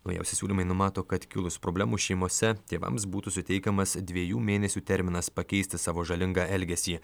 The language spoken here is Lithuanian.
naujausi siūlymai numato kad kilus problemų šeimose tėvams būtų suteikiamas dviejų mėnesių terminas pakeisti savo žalingą elgesį